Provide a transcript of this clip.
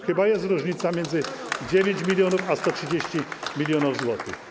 Chyba jest różnica między 9 mln zł a 130 mln zł.